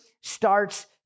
starts